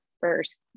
first